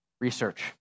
research